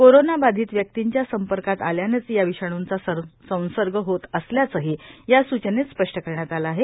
कोरोनाबाधित व्यक्तीच्या संपर्कात आल्यानेच या विषाणूंचा संसर्ग होत असल्याचेही या सूचनेत स्पष्ट करण्यात आले आहे